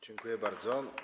Dziękuję bardzo.